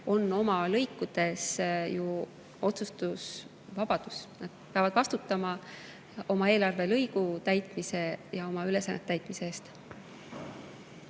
on oma lõikudes ju otsustusvabadus. Nad peavad vastutama oma eelarvelõigu täitmise ja oma ülesannete täitmise eest.